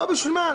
לא, בשביל מה?